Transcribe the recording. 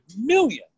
million